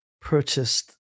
purchased